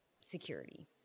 security